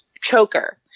choker